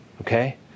okay